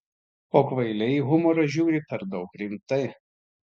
o kvailiai į humorą žiūri per daug rimtai